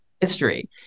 history